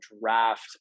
draft